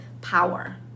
Power